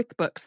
QuickBooks